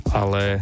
ale